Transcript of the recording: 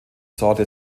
sorte